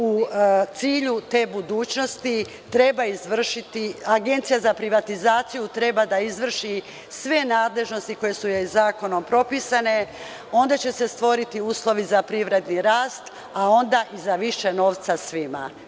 U cilju te budućnosti, Agencija za privatizaciju treba da izvrši sve nadležnosti koje su joj zakonom propisane i onda će se stvoriti uslovi za privredni rast, a onda i za više novca svima.